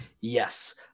yes